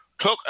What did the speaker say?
took